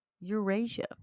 Eurasia